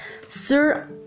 Sir